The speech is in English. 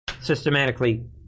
systematically